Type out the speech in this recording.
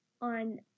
on